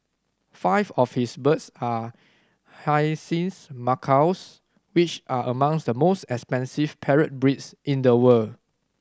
five of his birds are hyacinth macaws which are among the most expensive parrot breeds in the world